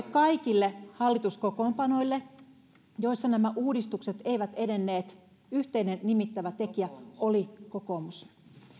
kaikille hallituskokoonpanoille joissa nämä uudistukset eivät edenneet yhteinen nimittävä tekijä oli kokoomus